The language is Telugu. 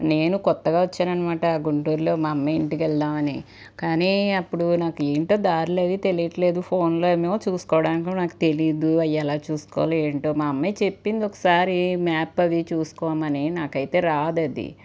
నేను కొత్తగా వచ్చాననమాట గుంటూరులో మా అమ్మాయి ఇంటికి వెళ్దామని కానీ అప్పుడు ఏంటో దార్లది తెలియట్లేదు ఫోన్లో ఏమో చూసుకోవడానికి నాకు తెలీదు అది ఎలా చూసుకోవాలో ఏంటో మా అమ్మాయి చెప్పింది ఒకసారి మ్యాప్ అవి చూసుకోమని నాకైతే రాదది